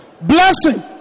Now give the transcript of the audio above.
blessing